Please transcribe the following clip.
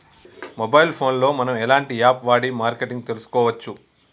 Mobile phone లో మనం ఎలాంటి యాప్ వాడి మార్కెటింగ్ తెలుసుకోవచ్చు?